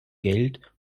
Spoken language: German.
geld